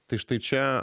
tai štai čia